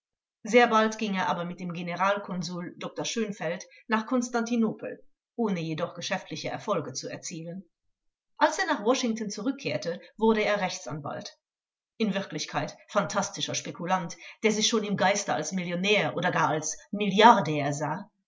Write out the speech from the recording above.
sehr bald ging er aber mit dem generalkonsul dr schönfeld nach konstantinopel ohne jedoch geschäftliche erfolge zu erzielen als er nach washington zurückkehrte wurde er rechtsanwalt in wirklichkeit phantastischer spekulant der sich schon im geiste als millionär oder gar als milliardär sah